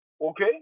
okay